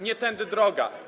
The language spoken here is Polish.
Nie tędy droga.